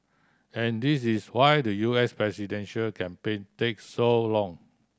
and this is why the U S presidential campaign takes so long